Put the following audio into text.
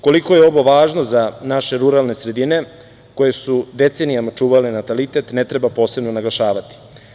Koliko je ovo važno za naše ruralne sredine koje su decenijama čuvale natalitet ne treba posebno naglašavati.